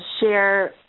share